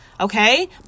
Okay